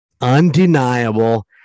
undeniable